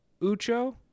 ucho